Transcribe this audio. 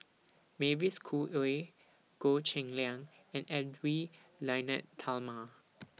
Mavis Khoo Oei Goh Cheng Liang and Edwy Lyonet Talma